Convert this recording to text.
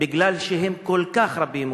בגלל שהם כל כך רבים,